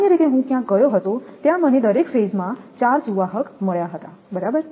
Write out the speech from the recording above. સામાન્ય રીતે હું ક્યાંક ગયો હતો ત્યાં મને દરેક તબક્કામાં ચાર સુવાહક મળ્યા બરાબર